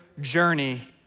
journey